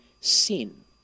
sin